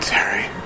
Terry